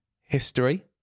history